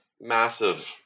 massive